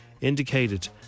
indicated